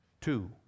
Two